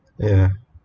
ya